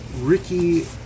Ricky